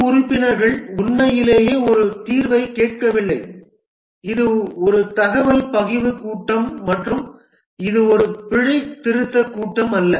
குழு உறுப்பினர்கள் உண்மையிலேயே ஒரு தீர்வைக் கேட்கவில்லை இது ஒரு தகவல் பகிர்வு கூட்டம் மற்றும் இது ஒரு பிழைத்திருத்தக் கூட்டம் அல்ல